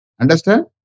Understand